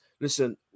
Listen